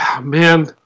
man